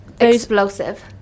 explosive